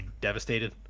devastated